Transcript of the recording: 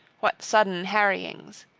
what sudden harryings.